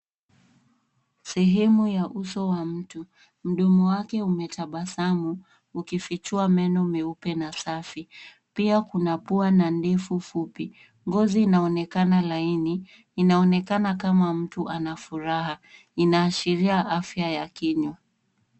Sehemu ya uso wa mtu, mdomo wake umetabasamu ukifichua meno meupe na safi. Pia kuna pua na ndevu fupi. Ngozi inaonekana laini. Inaonekana kama mtu ana furaha. Inaashiria afya ya kinywa.